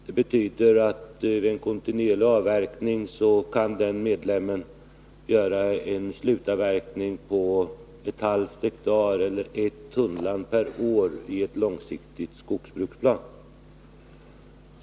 Det betyder att den medlemmen vid en kontinuerlig avverkning kan göra en slutavverkning på 0,5 hektar eller 1 tunnland per år i en långsiktig skogsbruksplan.